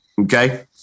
Okay